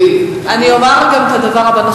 אני אומר גם את הדבר הבא.